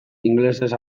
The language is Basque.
ingelesez